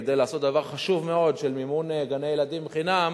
כדי לעשות דבר חשוב מאוד של מימון גני-ילדים חינם